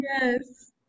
yes